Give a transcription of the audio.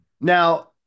Now